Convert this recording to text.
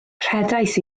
rhedais